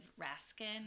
Raskin